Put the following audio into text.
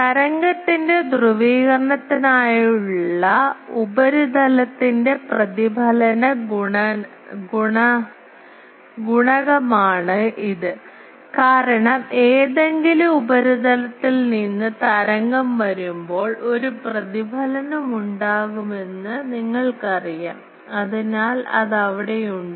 തരംഗത്തിന്റെ ധ്രുവീകരണത്തിനായുള്ള ഉപരിതലത്തിന്റെ പ്രതിഫലന ഗുണകമാണ് ഇത് കാരണം ഏതെങ്കിലും ഉപരിതലത്തിൽ നിന്ന് തരംഗം വരുമ്പോൾ ഒരു പ്രതിഫലനം ഉണ്ടാകുമെന്ന് നിങ്ങൾക്കറിയാം അതിനാൽ അത് അവിടെയുണ്ട്